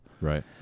Right